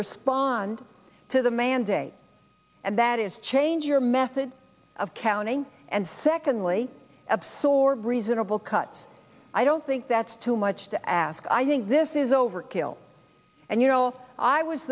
respond to the mandate and that is change your method of counting and secondly of sore breeze inable cuts i don't think that's too much to ask i think this is overkill and you know i was